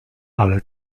ale